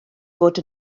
fod